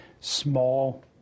small